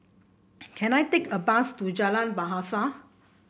can I take a bus to Jalan Bahasa